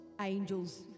Angels